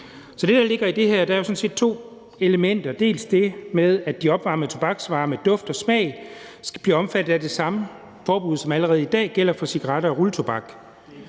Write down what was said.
to elementer i det her. Den ene del er det med, at de opvarmede tobaksvarer med duft og smag skal blive omfattet af det samme forbud, som allerede i dag gælder for cigaretter og rulletobak.